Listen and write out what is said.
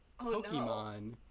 Pokemon